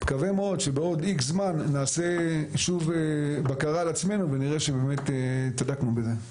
מקווה מאוד שבעוד X זמן נעשה שוב בקרה על עצמנו ונראה שבאמת צדקנו בזה.